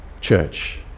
church